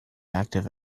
active